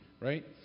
right